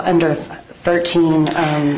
under thirteen and